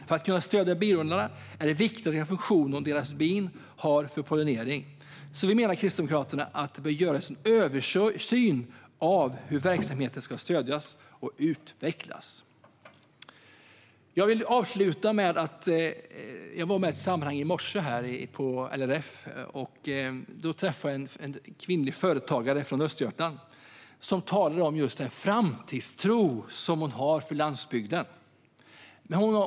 För att kunna stödja biodlarna - med tanke på den viktiga funktion som deras bin har för pollinering - menar vi kristdemokrater att det bör göras en översyn av hur verksamheten ska stödjas och utvecklas. I morse var jag med i ett LRF-relaterat sammanhang och träffade då en kvinnlig företagare från Östergötland som talade om den framtidstro som hon har vad gäller landsbygden.